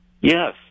Yes